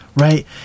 right